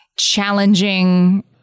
challenging